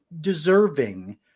deserving